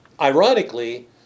ironically